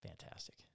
Fantastic